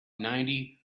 ninety